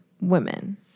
women